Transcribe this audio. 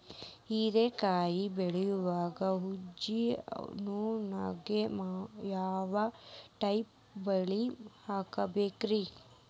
ಹೇರಿಕಾಯಿ ಬೆಳಿಯಾಗ ಊಜಿ ನೋಣಕ್ಕ ಯಾವ ಟೈಪ್ ಬಲಿ ಹಾಕಬೇಕ್ರಿ?